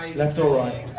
left or right?